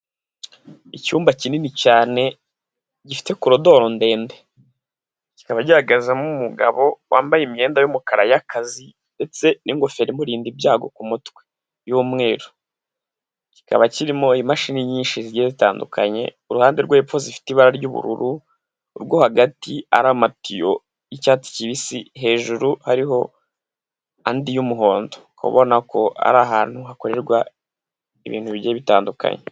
Icyumba kinini cyane, gifite korodoro ndende. Kikaba giharagazamo umugabo wambaye imyenda y'umukara y'akazi ndetse n'ingofero imurinda ibyago ku kumutwe y'umweru. Kikaba kirimo imashini nyinshi zigiye zitandukanye iruhande rwo hepfo zifite ibara ry'ubururu, urwo hagati ari amatiyo y'icyatsi kibisi, hejuru hariho andi y'umuhondo. Ukaba ubona ko ari ahantu hakorerwa ibintu bigiye bitandukanye.